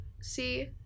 see